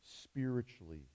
spiritually